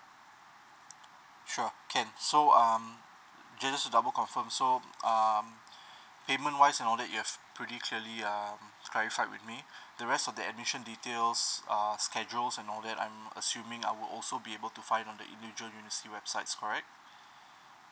sure can so um just just to double confirm so um payment wiseand all that you have pretty clearly um clarify with me the rest of the admission details uh schedules and all that I'm assuming I will also be able to find on the individual university websites correct